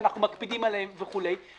שאנחנו מקפידים עליהם, ואז